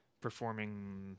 performing